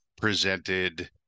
presented